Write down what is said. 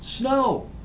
Snow